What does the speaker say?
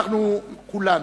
אנחנו, כולנו,